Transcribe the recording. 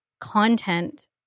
content